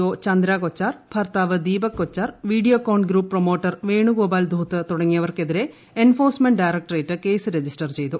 O Chanda Kochhar ഭർത്താവ് Deepak Kochhar Videocon promoter Venugopal Dhoot group തുടങ്ങിയവർക്കെതിരെ enforcement directorate case register ചെയ്തു